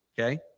Okay